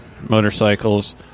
motorcycles